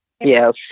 yes